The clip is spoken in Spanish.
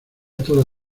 toda